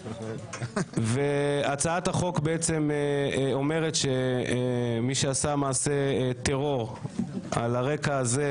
והצעת החוק אומרת שמי שעשה מעשה טרור על הרקע הזה,